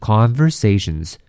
Conversations